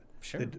Sure